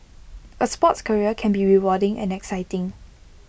A sports career can be rewarding and exciting